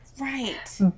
Right